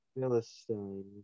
Philistine